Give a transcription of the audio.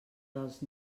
dels